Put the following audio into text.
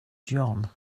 john